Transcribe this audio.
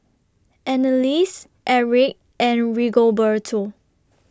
Anneliese Aric and Rigoberto